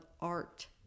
art